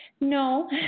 no